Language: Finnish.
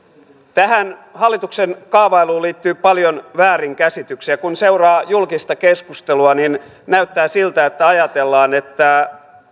tähän hallituksen kaavailuun liittyy paljon väärinkäsityksiä kun seuraa julkista keskustelua niin näyttää siltä että ajatellaan että